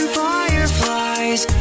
fireflies